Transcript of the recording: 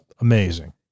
amazing